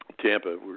Tampa